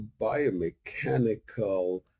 biomechanical